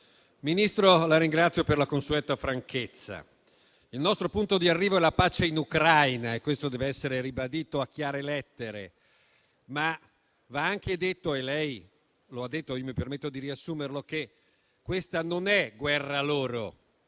Il nostro punto di arrivo è la pace in Ucraina e questo deve essere ribadito a chiare lettere. Ma va anche detto - è lei lo ha detto, io mi permetto